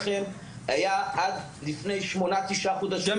עד לפני שמונה-תשעה חודשים היה --- גם